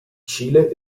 cile